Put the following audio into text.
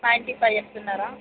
ninety five చెప్తున్నారా